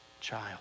child